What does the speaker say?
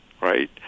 right